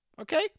Okay